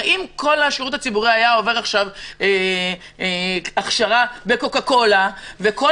הרי אם כל השירות הציבורי היה עובר עכשיו הכשרה ב"קוקה קולה" וכל